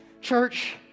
church